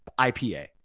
IPA